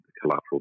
collateral